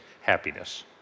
happiness